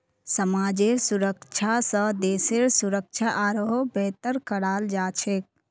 समाजेर सुरक्षा स देशेर सुरक्षा आरोह बेहतर कराल जा छेक